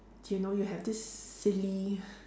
you know you have this silly